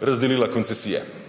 razdelila koncesije